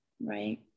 right